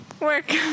Work